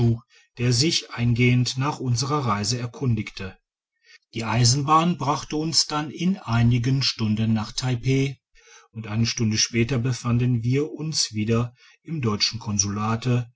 der sich eingehend nach unserer reise erkundigte die eisenbahn brachte uns dann in einigen stunden nach taipeh und eine stunde später befanden wir uns wieder im deutschen konsulate